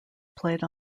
played